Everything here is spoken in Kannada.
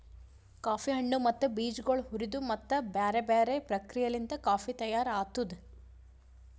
ಕಾಫಿ ಹಣ್ಣು ಮತ್ತ ಬೀಜಗೊಳ್ ಹುರಿದು ಮತ್ತ ಬ್ಯಾರೆ ಬ್ಯಾರೆ ಪ್ರಕ್ರಿಯೆಲಿಂತ್ ಕಾಫಿ ತೈಯಾರ್ ಆತ್ತುದ್